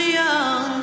young